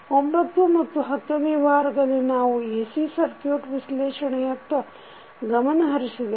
9 ಮತ್ತು 10ನೆಯ ವಾರದಲ್ಲಿ ನಾವು AC ಸಕ್ಯು೯ಟ್ ವಿಶ್ಲೇಷಣೆಯತ್ತ ಗಮನ ಹರಿಸಿದೆವು